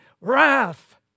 wrath